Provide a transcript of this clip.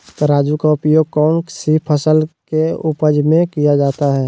तराजू का उपयोग कौन सी फसल के उपज में किया जाता है?